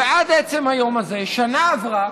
ועד עצם היום הזה, שנה עברה,